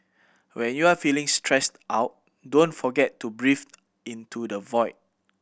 when you are feeling stressed out don't forget to breathe into the void